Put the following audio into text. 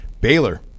Baylor